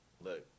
look